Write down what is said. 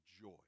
joy